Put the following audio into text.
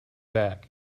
back